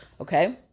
Okay